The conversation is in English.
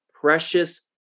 precious